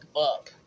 up